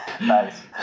Nice